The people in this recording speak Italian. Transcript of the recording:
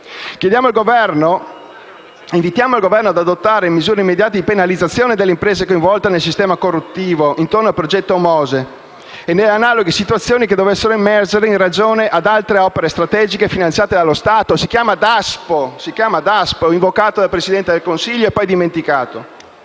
poi il Governo ad adottare misure immediate di penalizzazione delle imprese coinvolte nel sistema corruttivo intorno al progetto MOSE e nelle analoghe situazioni che dovessero emergere in relazione ad altre opere strategiche finanziate dallo Stato. Questo si chiama Daspo ed è stato invocato dal Presidente del Consiglio e poi dimenticato.